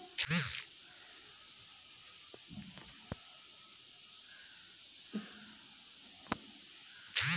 समुंदरी डालफिन मछरी के खेती अब बहुते करल जाला